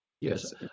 Yes